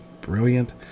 Brilliant